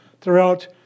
throughout